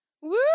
Woo